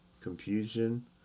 confusion